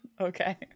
Okay